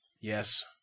Yes